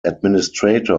administrator